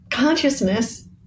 Consciousness